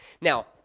Now